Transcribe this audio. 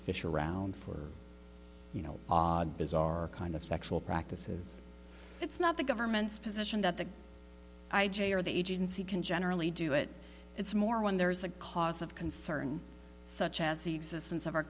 fish around for you know odd bizarre kind of sexual practices it's not the government's position that the i j a are the agency can generally do it it's more when there is a cause of concern such as the existence of our